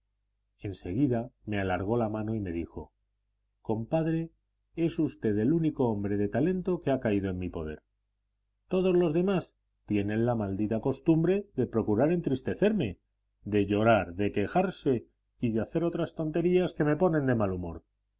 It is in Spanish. en seguida me alargó la mano y me dijo compadre es usted el único hombre de talento que ha caído en mi poder todos los demás tienen la maldita costumbre de procurar entristecerme de llorar de quejarse y de hacer otras tonterías que me ponen de mal humor